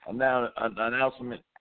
announcement